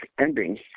ending